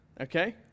Okay